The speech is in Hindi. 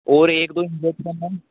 और एक दो